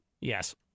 Yes